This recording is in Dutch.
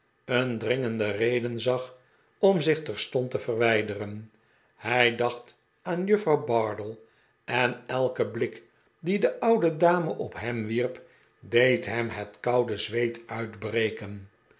een dringende reden zag om zich terstond te verwijderen hij dacht aan juffrouw bardell en elke blik dien de oude dame op hem wierp deed hem het koude zweet uitbreken